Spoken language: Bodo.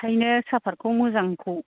बेनिखायनो सापातखौ मोजांखौ